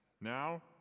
Now